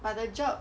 but the job